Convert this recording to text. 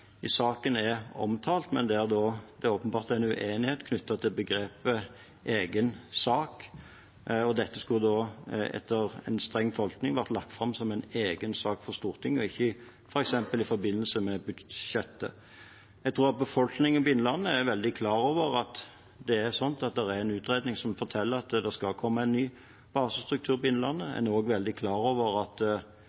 i saken er omtalt, men der det åpenbart er en uenighet knyttet til begrepet «egen sak». Dette skulle etter en streng tolkning vært lagt fram som en egen sak for Stortinget og ikke f.eks. i forbindelse med budsjettet. Jeg tror at befolkningen i Innlandet er veldig klar over at det er en utredning som forteller at det skal komme en ny basestruktur i Innlandet.